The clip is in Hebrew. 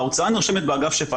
ההוצאה נרשמת באגף שפ"ע.